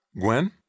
Gwen